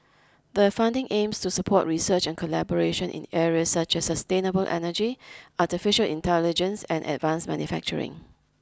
the funding aims to support research and collaboration in areas such as sustainable energy artificial intelligence and advance manufacturing